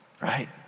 right